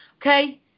Okay